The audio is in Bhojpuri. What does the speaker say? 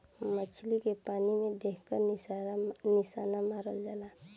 मछली के पानी में देख के निशाना मारल जाला